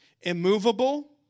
immovable